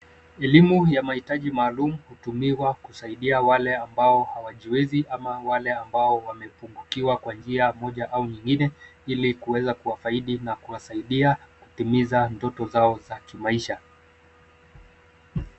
Elimu ya mahitaji maalum hutumiwa kusaidia wale ambao hawajiwezi ama wale wamepungukiwa kwa njia moja au nyingine, ile kuweza kuwafaidi na kuwasaidia kutimiza ndoto zao za kimaisha.